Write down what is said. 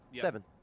Seven